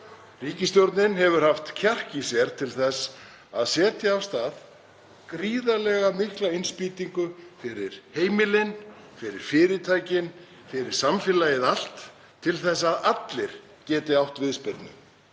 Ríkisstjórnin hefur haft kjark til þess að setja af stað gríðarlega mikla innspýtingu fyrir heimilin, fyrir fyrirtækin og fyrir samfélagið allt til að allir geti átt viðspyrnu.